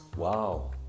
Wow